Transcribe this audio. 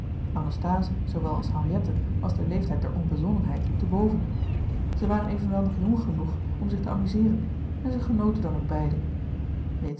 anasthase zoowel als henriette was den leeftijd der onbezonnenheid te boven gerard keller het testament van mevrouw de tonnette zij waren evenwel nog jong genoeg om zich te amuseeren en zij genoten dan ook beiden